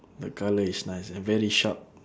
the colour is nice and very sharp